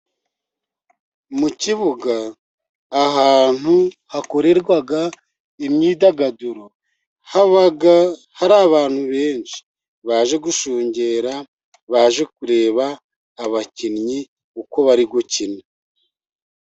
Mu kibuga, ahantu hakorerwa imyidagaduro, haba hari abantu benshi baje gushungera, baje kureba abakinnyi uko bari gukina.